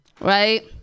right